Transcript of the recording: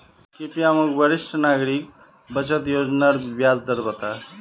कृप्या मोक वरिष्ठ नागरिक बचत योज्नार ब्याज दर बता